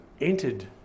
entered